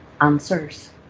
answers